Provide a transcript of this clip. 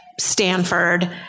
Stanford